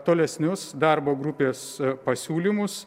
tolesnius darbo grupės pasiūlymus